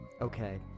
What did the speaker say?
Okay